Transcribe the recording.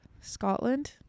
Scotland